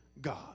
God